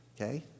Okay